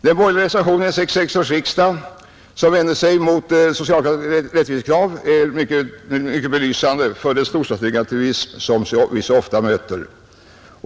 Den borgerliga reservationen vid 1966 års riksdag, som vände sig mot detta socialdemokratiska rättvisekrav, är mycket belysande för den storstadsnegativism som vi så ofta möter.